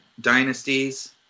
dynasties